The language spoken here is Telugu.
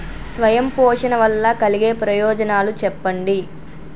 స్వయం పోషణ వల్ల కలిగే ప్రయోజనాలు చెప్పండి?